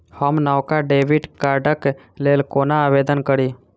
हम नवका डेबिट कार्डक लेल कोना आवेदन करी?